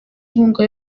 inkunga